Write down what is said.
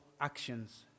actions